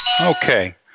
Okay